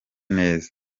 neza